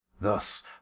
Thus